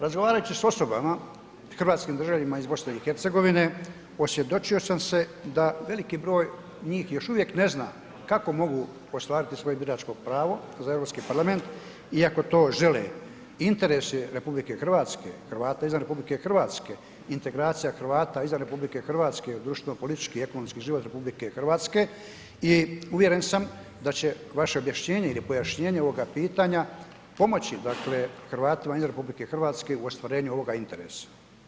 Razgovarajući s osobama, hrvatskim državljanima iz BiH, osvjedočio sam se da veliki broj njih još uvijek ne zna kako mogu ostvariti svoje biračko pravo za Europski parlament iako to žele interesi RH, Hrvati izvan RH, integracija Hrvata izvan RH u društveno politički i ekonomski život RH i uvjeren sam da će vaše objašnjenje ili pojašnjenje ovoga pitanja pomoći, dakle, Hrvatima izvan RH u ostvarenju ovoga interesa.